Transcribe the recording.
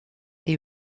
est